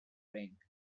ring